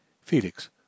Felix